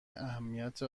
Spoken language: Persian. اهمیت